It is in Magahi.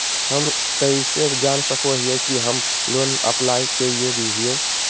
हम कइसे जान सको हियै कि हम लोन अप्लाई के योग्य हियै?